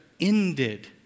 ended